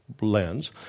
lens